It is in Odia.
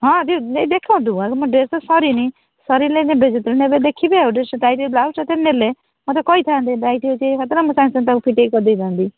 ହଁ ଟିକେ ନେଇ ଦେଖନ୍ତୁ ଆଗ ମୋ ଡ୍ରେସ୍ ତ ସରିନି ସରିଲେ ନେବେ ଯେତେବେଳେ ନେବେ ଦେଖିବେ ଆଉ ଡ୍ରେସ୍ ଟାଇଟ୍ ବ୍ଲାଉଜ୍ ଯେତେବେଳେ ନେଲେ ମୋତେ କହିଥାଆନ୍ତେ ଟାଇଟ୍ ହେଉଛି ଏଇ ହାତଟା ମୁଁ ତାକୁ ସାଙ୍ଗେ ସାଙ୍ଗେ ଫିଟାଇକି କରି ଦେଇଥାଆନ୍ତି